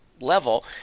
level